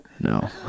No